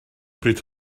bryd